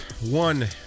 one